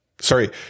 Sorry